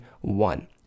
one